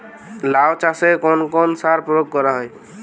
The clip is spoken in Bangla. লাউ চাষে কোন কোন সার প্রয়োগ করা হয়?